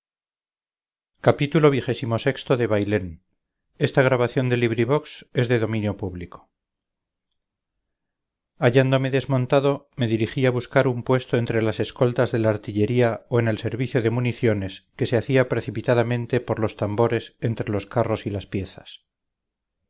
xxiv xxv xxvi xxvii xxviii xxix xxx xxxi xxxii bailén de benito pérez galdós hallándome desmontado me dirigí a buscar un puesto entre las escoltas de la artillería o en el servicio de municiones que se hacía precipitadamente porlos tambores entre los carros y las piezas